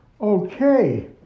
Okay